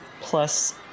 plus